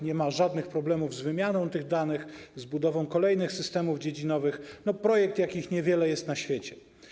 Nie ma żadnych problemów z wymianą tych danych, z budową kolejnych systemów dziedzinowych - projekt, jakich niewiele jest na świecie.